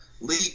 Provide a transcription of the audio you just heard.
Lee